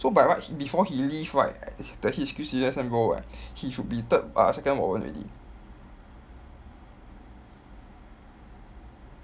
so by right before he leave right he squeeze C_S_M go [what] he should be third uh second warrant already